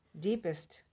deepest